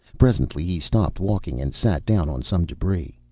presently he stopped walking and sat down on some debris.